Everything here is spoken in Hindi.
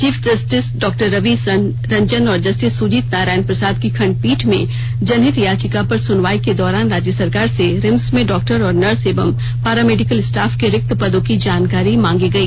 chief justice Dr Ravi Ranjan और जस्टिस सुजीत नारायण प्रसाद की खंडपीठ में जनहित याचिका पर सुनवाई के दौरान राज्य सरकार से रिम्स में डॉक्टर और नर्स एवं पैरामेडिकल स्टाफ के रिक्त पदों की जानकारी मांगी गई